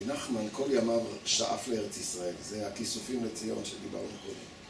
נחמן כל ימיו שאף לארץ ישראל, זה הכיסופים לציון שדיברנו קודם